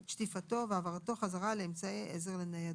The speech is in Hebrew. שטיפתו, והעברתו חזרה לאמצעי עזר לניידות.